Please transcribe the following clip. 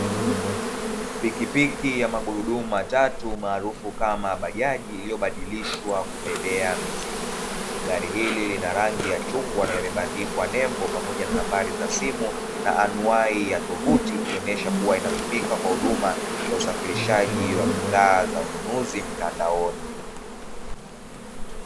Pikipiki ya magurudumu matatu maarufu, kama bajaji iliyobadilishwa kubebea mizigo. Gari hii lina rangi ya chungwa na limebandikwa nembo pamoja na nambari za simu na anuai ya tovuti ikionesha kuwa inatumika kwa huduma za usafirishaji wa bidhaa za ununuzi mtandaoni.